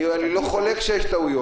אני לא חולק על כך שיש טעויות.